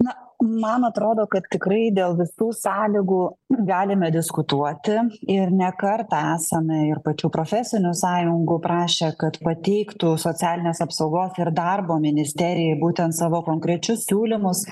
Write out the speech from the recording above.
na man atrodo kad tikrai dėl visų sąlygų galime diskutuoti ir ne kartą esame ir pačių profesinių sąjungų prašę kad pateiktų socialinės apsaugos ir darbo ministerijai būtent savo konkrečius siūlymus